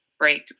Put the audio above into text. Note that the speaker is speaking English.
break